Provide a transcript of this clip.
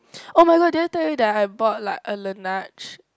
[oh]-my-god did I tell you that I bought like a Laneige